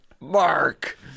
Mark